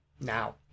Now